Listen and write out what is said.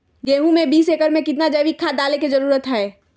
गेंहू में बीस एकर में कितना जैविक खाद डाले के जरूरत है?